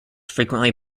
frequently